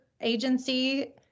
agency